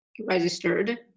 registered